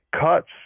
cuts